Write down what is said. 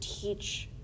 teach